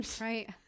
right